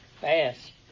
fast